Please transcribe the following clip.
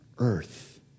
earth